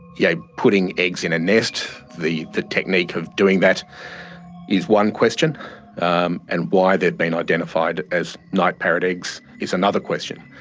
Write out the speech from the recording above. yeah putting eggs in a nest, the the technique of doing that is one question um and why they've been identified as night parrot eggs is another question.